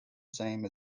same